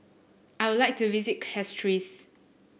I would like to visit Castries